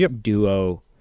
duo